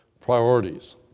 priorities